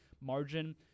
margin